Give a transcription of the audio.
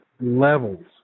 levels